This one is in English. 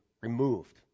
removed